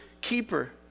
keeper